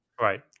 Right